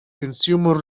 consumer